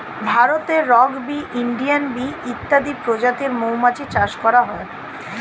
ভারতে rock bee, Indian bee ইত্যাদি প্রজাতির মৌমাছি চাষ করা হয়